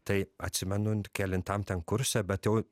tai atsimenu kelintam kurse bet jau